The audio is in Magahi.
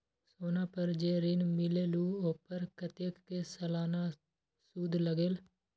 सोना पर जे ऋन मिलेलु ओपर कतेक के सालाना सुद लगेल?